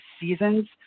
seasons